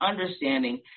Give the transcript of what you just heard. understanding